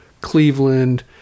Cleveland